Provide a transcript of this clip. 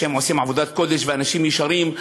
שעושים עבודת קודש ואנשים ישרים.